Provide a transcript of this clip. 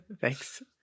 Thanks